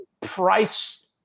price